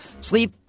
sleep